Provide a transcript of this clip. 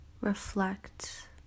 reflect